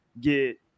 get